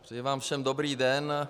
Přeji vám všem dobrý den.